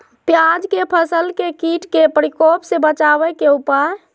प्याज के फसल के कीट के प्रकोप से बचावे के उपाय?